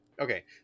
Okay